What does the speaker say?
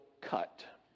cut